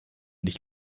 dich